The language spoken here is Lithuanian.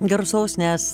garsaus nes